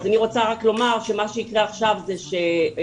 אז אני רוצה רק לומר שמה שיקרה עכשיו זה שההורים